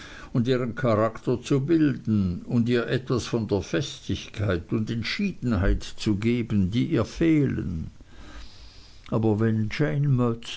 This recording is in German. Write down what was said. und ihren charakter zu bilden und ihr etwas von der festigkeit und entschiedenheit zu geben die ihr fehlen aber wenn